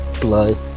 Blood